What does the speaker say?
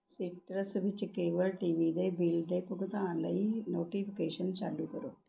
citrus ਵਿੱਚ cable TV ਦੇ bill ਦੇ ਭੁਗਤਾਨ ਲਈ ਨੋਟੀਫਿਕੇਸ਼ਨ ਚਾਲੂ ਕਰੋ